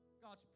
God's